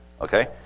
okay